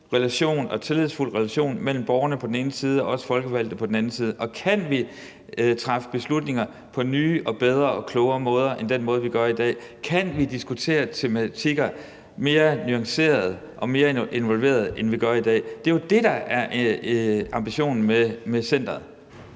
en god og tillidsfuld relation mellem borgerne på den ene side og os folkevalgte på den anden side? Kan vi træffe beslutninger på nye og bedre og klogere måder end den måde, vi gør det på i dag? Kan vi diskutere tematikker mere nuanceret og mere involveret, end vi gør i dag? Det er jo det, der er ambitionen med centeret.